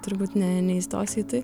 turbūt ne neįstosiu į tai